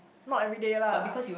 not every day lah